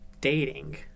dating